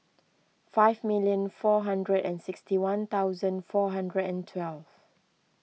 five minute four hundred and sixty one thousand four hundred and twelve